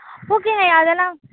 ஓகேங்கய்யா அதெல்லாம்